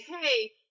Hey